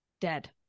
dead